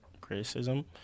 Criticism